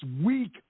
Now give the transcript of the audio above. weak